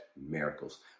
miracles